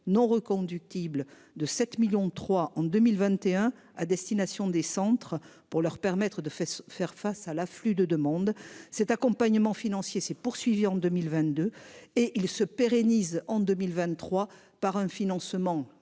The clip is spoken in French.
non reconductible de 7 millions, 3 en 2021, à destination des centres pour leur permettre de faire face à l'afflux de de monde cet accompagnement financier s'est poursuivie en 2022 et il se pérennise en 2023 par un financement